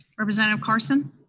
representative carson?